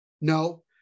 no